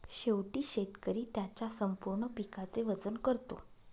शेवटी शेतकरी त्याच्या संपूर्ण पिकाचे वजन करतो